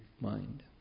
mind